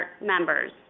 members